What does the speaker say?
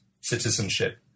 citizenship